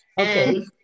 Okay